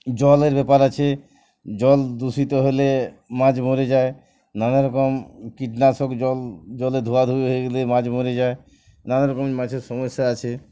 জলের ব্যাপার আছে জল দূষিত হলে মাছ মরে যায় নানারকম কীটনাশক জল জলে ধোয়াধুয়ি হয়ে গেলে মাছ মরে যায় নানারকম মাছের সমস্যা আছে